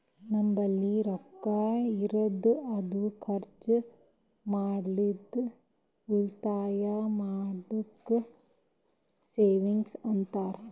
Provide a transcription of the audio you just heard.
ನಂಬಲ್ಲಿ ರೊಕ್ಕಾ ಇದ್ದುರ್ ಅದು ಖರ್ಚ ಮಾಡ್ಲಾರ್ದೆ ಉಳಿತಾಯ್ ಮಾಡದ್ದುಕ್ ಸೇವಿಂಗ್ಸ್ ಅಂತಾರ